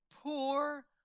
poor